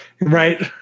Right